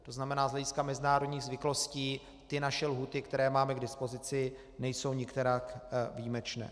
To znamená, z hlediska mezinárodních zvyklostí ty naše lhůty, které máme k dispozici, nejsou nikterak výjimečné.